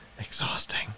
exhausting